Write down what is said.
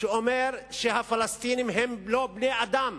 שאומר שהפלסטינים הם לא בני-אדם.